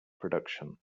production